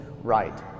right